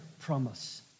promise